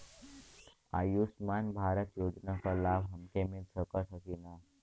आयुष्मान भारत योजना क लाभ हमके मिल सकत ह कि ना?